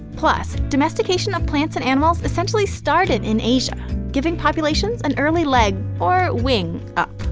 plus, domestication of plants and animals essentially started in asia, giving populations an early leg or wing up.